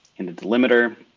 in the delimiter